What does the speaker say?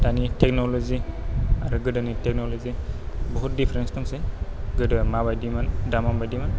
दानि थेक्न'ल'जि आरो गोदोनि थेक्न'ल'जि बुहुत दिफारेन्टस दंसै गोदो माबायदिमोन दा माबायदिमोन